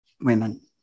women